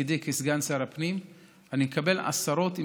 בתפקידי כסגן שר הפנים אני מקבל עשרות פניות,